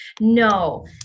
no